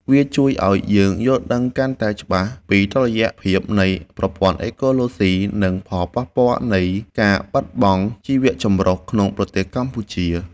វាជួយឱ្យយើងយល់ដឹងកាន់តែច្បាស់ពីតុល្យភាពនៃប្រព័ន្ធអេកូឡូស៊ី និងផលប៉ះពាល់នៃការបាត់បង់ជីវៈចម្រុះក្នុងប្រទេសកម្ពុជា។